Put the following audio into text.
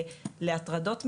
להטרדות מיניות.